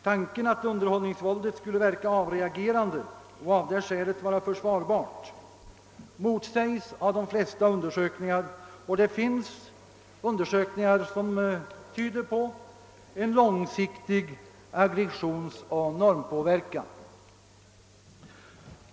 Tanken att underhållningsvåldet skulle verka avreagerande och av detta skäl vara försvarbart motsägs av de flesta undersökningar, och det finns undersökningar som tyder på en långsiktig aggressionsoch normpåverkan.